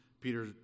Peter